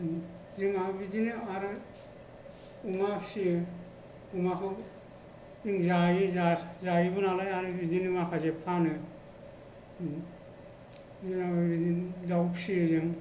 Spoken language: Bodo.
जोंहा बिदिनो आरो अमा फिसियो अमाखौ जों जायो जायोबो नालाय आरो माखासे फानो बिदिनो दाउ फिसियो जों